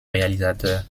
réalisateur